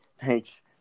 Thanks